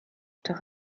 doch